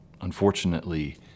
unfortunately